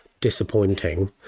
disappointing